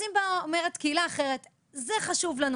אז אם באה קהילה אחרת ואומרת שזה חשוב לה,